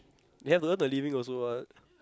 they have to earn a living also what